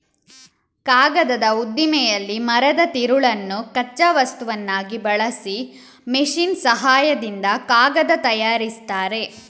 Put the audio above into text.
ಕಾಗದದ ಉದ್ದಿಮೆಯಲ್ಲಿ ಮರದ ತಿರುಳನ್ನು ಕಚ್ಚಾ ವಸ್ತುವನ್ನಾಗಿ ಬಳಸಿ ಮೆಷಿನ್ ಸಹಾಯದಿಂದ ಕಾಗದ ತಯಾರಿಸ್ತಾರೆ